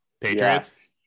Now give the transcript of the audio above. Patriots